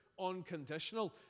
unconditional